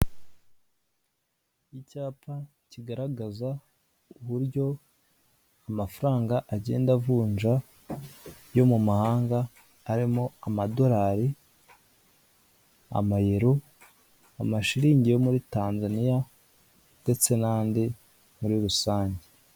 Icyapa kigaragaza uburyo amafaranga agenda avunja yo mu mahanga arimo amadolari, amayero, amashilingi yo muri Tanzaniya, ndetse n'andi muri rusange.